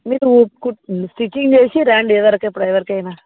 మీరు కుట్ స్టిచ్చింగ్ చెసారాండి ఇదివరకు ఎవరికైనా